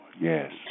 yes